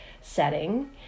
setting